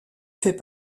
fait